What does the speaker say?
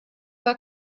war